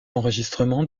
enregistrements